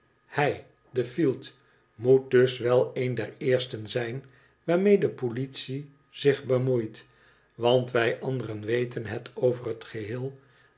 hij de helt moet dus wel een der eersten zijn waarmee de politie zich bemoeit want wij anderen weten het over het geheel